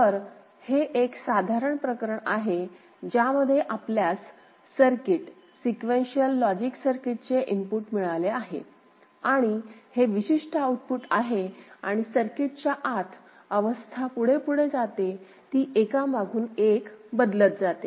तर हे एक साधारण प्रकरण आहे ज्यामध्ये आपल्यास सर्किट सिक्वेन्शिअल लॉजिक सर्किटचे इनपुट मिळाले आहे आणि हे विशिष्ट आउटपुट आहे आणि सर्किटच्या आत अवस्था पुढे पुढे जाते ती एकामागून एक बदलत जाते